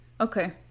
Okay